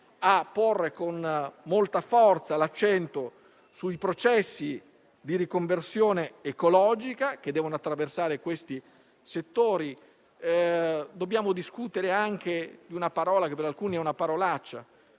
l'accento con molta forza sui processi di riconversione ecologica che devono attraversare questi settori. Dobbiamo discutere anche di una parola che per alcuni è una parolaccia